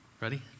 Ready